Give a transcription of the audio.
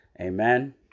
Amen